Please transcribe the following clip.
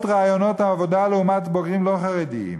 ראיונות עבודה לעומת בוגרים לא חרדים.